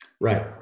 Right